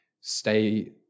stay